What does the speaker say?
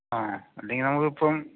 ആ ഇല്ലെങ്കിൽ നമ്മൾ ഇപ്പം